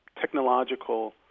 technological